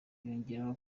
yongeyeho